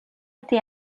été